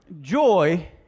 Joy